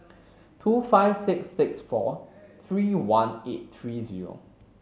two five six six four three one eight three zero